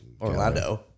Orlando